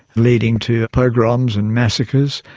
leading to pogroms and massacres.